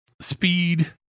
Speed